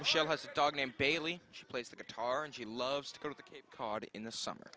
the show has a dog named bailey she plays the guitar and she loves to go to the cape cod in the summer